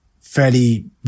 Fairly